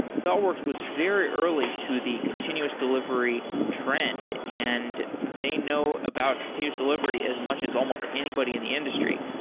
thoughtworks was very early to the continuous delivery trend and they know about continues delivery as much as almost anybody in the industry.